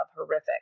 horrific